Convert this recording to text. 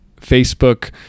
Facebook